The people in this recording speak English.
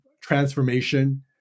transformation